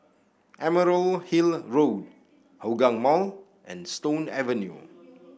Emerald Hill Road Hougang Mall and Stone Avenue